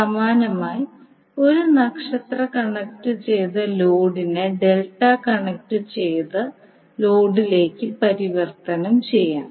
സമാനമായി ഒരു നക്ഷത്ര കണക്റ്റുചെയ്ത ലോഡിനെ ഡെൽറ്റ കണക്റ്റുചെയ്ത ലോഡിലേക്ക് പരിവർത്തനം ചെയ്യാം